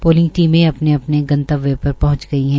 polling टीमें अपने अपने गणतव्य पर पहंच गई है